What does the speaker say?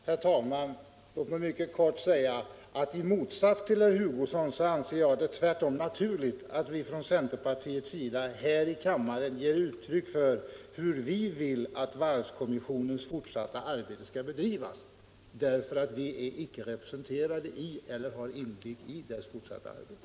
Herr talman! Låt mig mycket kort säga att i motsats till herr Hugosson anser jag det naturligt att vi från centerpartiets sida här i kammaren ger uttryck för hur vi vill att varvskommissionens fortsatta arbete skall bedrivas. Vi är nämligen icke representerade i eller har inblick i kommissionens arbete.